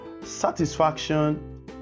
satisfaction